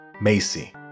Macy